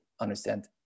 understand